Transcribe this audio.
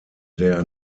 der